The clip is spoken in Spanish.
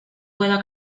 pueda